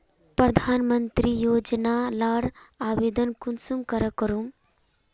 प्रधानमंत्री योजना लार आवेदन कुंसम करे करूम?